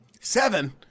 Seven